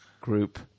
Group